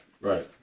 Right